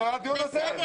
זה לא הדיון הזה.